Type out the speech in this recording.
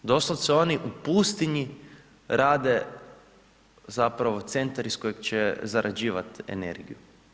Doslovce oni u pustinji rade zapravo centar iz kojeg će zarađivati energiju.